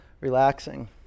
relaxing